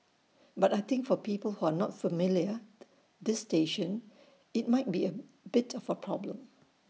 but I think for people who are not familiar this station IT might be A bit of A problem